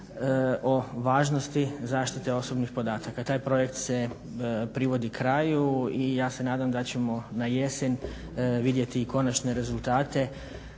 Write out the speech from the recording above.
o važnosti zaštite osobnih podataka. Taj projekt se privodi kraju i ja se nadam da ćemo na jesen vidjeti i konačne rezultate